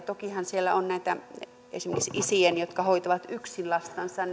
tokihan siellä on näitä esimerkiksi isien jotka hoitavat yksin lastansa